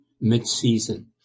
mid-season